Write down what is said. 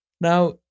Now